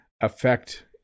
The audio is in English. affect